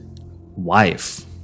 wife